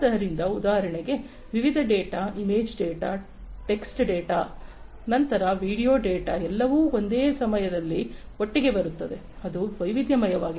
ಆದ್ದರಿಂದ ಉದಾಹರಣೆಗೆ ವಿವಿಧ data image data text data ನಂತರ ವಿಡಿಯೋ ಡೇಟಾ ಎಲ್ಲವೂ ಒಂದೇ ಸಮಯದಲ್ಲಿ ಒಟ್ಟಿಗೆ ಬರುತ್ತವೆ ಅದು ವೈವಿಧ್ಯಮಯವಾಗಿದೆ